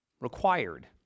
required